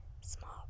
small